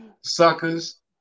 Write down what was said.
Suckers